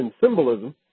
symbolism